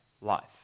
life